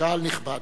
קהל נכבד,